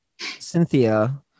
Cynthia